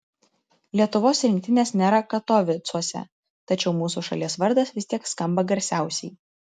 lietuvos rinktinės nėra katovicuose tačiau mūsų šalies vardas vis tiek skamba garsiausiai